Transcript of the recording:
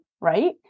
right